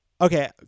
Okay